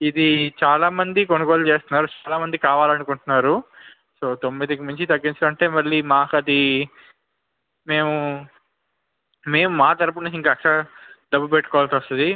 ఇది చాలా మంది కొనుగోలు చేస్తున్నారు చాలా మంది కావాలి అనుకుంటున్నారు సో తొమ్మిదికి మించి తగ్గించాలి అంటే మళ్ళీ మాకు అది మేము మేం మా తరపు నుంచి ఇంకా ఎక్స్ట్రా డబ్బు పెట్టుకోవాల్సి వస్తుంది